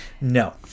no